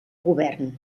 govern